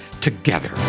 together